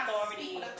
authority